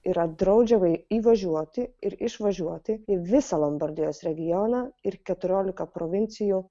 yra draudžiama įvažiuoti ir išvažiuoti į visą lombardijos regioną ir keturiolika provincijų